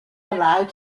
allowed